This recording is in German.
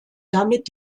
damit